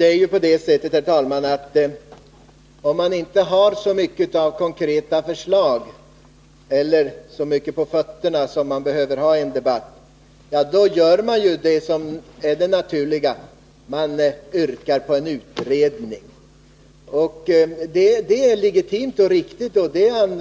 Herr talman! Om man inte har så mycket av konkreta förslag eller så mycket på fötterna som man behöver ha i en debatt, ja, då gör man det som är det naturliga: Man yrkar på en utredning. Det är ett legitimt och riktigt sätt att gå fram på